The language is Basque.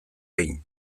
behin